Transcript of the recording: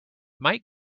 might